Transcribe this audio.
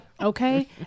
okay